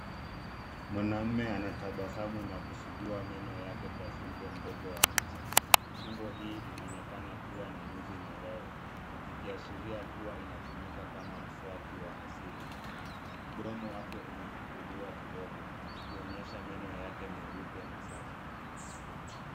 Mwanaume anatabasamu na kusugua meno yake kwa fimbo mdogo wa mti. Fimbo hii inaonekana kuwa na nyuzi nyororo zikiashiria kuwa inatumika kama mswaki wa asili. Mdomo wake umefumbuliwa kidogo ukionyesha meno yake meupe na safi.